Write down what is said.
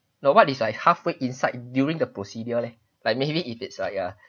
no what if like halfway inside during the procedure leh like maybe if it's like a